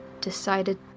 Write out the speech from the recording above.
decided